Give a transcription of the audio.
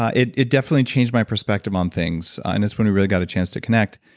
ah it it definitely changed my perspective on things. and that's when we really got the chance to connect.